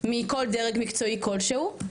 מכל דרג מקצועי כלשהו.